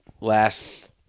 last